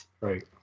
right